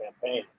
campaign